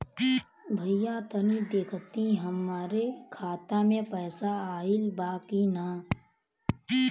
भईया तनि देखती हमरे खाता मे पैसा आईल बा की ना?